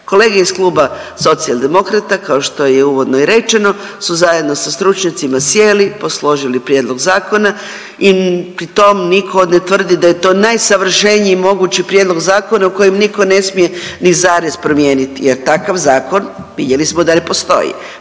Kolege iz Kluba Socijaldemokrata, kao što je uvodno i rečeno, su zajedno sa stručnjacima sjeli, posložili prijedlog zakona i pritom niko ne tvrdi da je to najsavršeniji mogući prijedlog zakona u kojem niko ne smije ni zarez promijeniti jer takav zakon vidjeli smo da ne postoji.